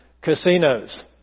casinos